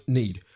need